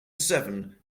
seven